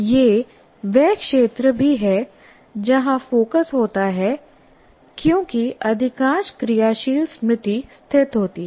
यह वह क्षेत्र भी है जहां फोकस होता है क्योंकि अधिकांश क्रियाशील स्मृति स्थित होती है